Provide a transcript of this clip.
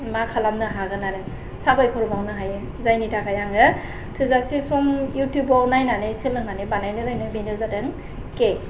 मा खालामनो हागोन आरो साबायखर बावनो हायो जायनि थाखाय आङो थोजासे सम इउथुबाव नायनानै सोलोंनानै बानायनो रोंदों बेनो जादों केक